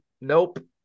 nope